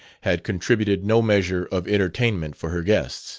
had contributed no measure of entertainment for her guests